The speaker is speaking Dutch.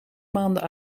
maanden